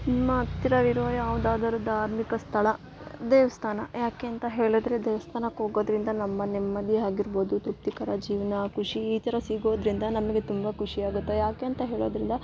ನಿಮ್ಮ ಹತ್ತಿರ ಇರುವ ಯಾವುದಾದರು ಧಾರ್ಮಿಕ ಸ್ಥಳ ದೇವಸ್ಥಾನ ಯಾಕೆ ಅಂತ ಹೇಳಿದ್ರೆ ದೇವ್ಸ್ಥಾನಕ್ಕೆ ಹೋಗೋದ್ರಿಂದ ನಮ್ಮ ನೆಮ್ಮದಿ ಆಗಿರ್ಬೋದು ತೃಪ್ತಿಕರ ಜೀವನ ಖುಷಿ ಈ ಥರ ಸಿಗೋದರಿಂದ ನಮಗೆ ತುಂಬ ಖುಷಿ ಆಗುತ್ತೆ ಯಾಕೆ ಅಂತ ಹೇಳೋದರಿಂದ